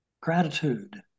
gratitude